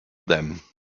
them